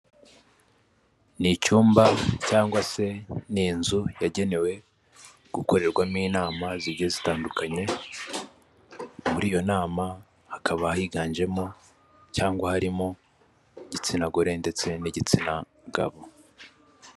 Ni icyumba cyangwa se ni inzu yagenewe gukorerwamo inama zigiye zitandukanye muri iyo nama hakaba higanjemo cyangwa harimo igitsina gore ndetse n'igitsina gabo.